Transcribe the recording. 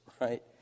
Right